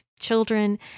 children